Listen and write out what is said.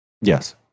Yes